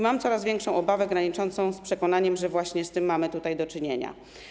Mam coraz większa obawę, graniczącą z przekonaniem, że właśnie z tym mamy tutaj do czynienia.